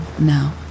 now